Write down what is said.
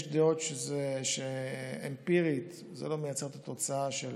יש דעות שאמפירית זה לא מייצר את התוצאה של